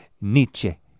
Nietzsche